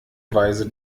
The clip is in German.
weise